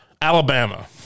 Alabama